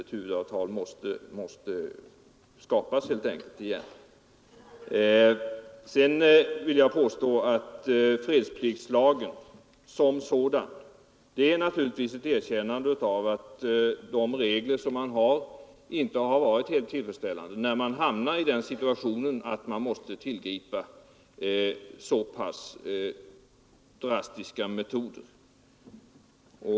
Ett huvudavtal måste helt enkelt skapas igen. Sedan vill jag beträffande fredspliktslagen som sådan påstå, att det är ett erkännande av att de regler som vi har inte varit helt tillfredsställande, när man hamnar i den situationen att man måste tillgripa så pass drastiska metoder.